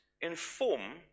inform